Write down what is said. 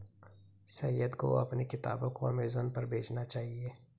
सैयद को अपने किताबों को अमेजन पर बेचना चाहिए